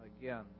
again